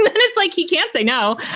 but and it's like he can't say no.